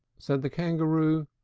said the kangaroo,